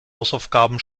hausaufgaben